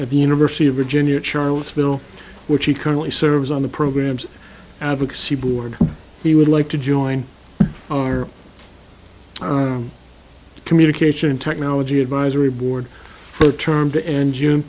at the university of virginia charles bill which he currently serves on the programs advocacy board he would like to join our communication technology advisory board for term to end june